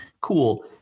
Cool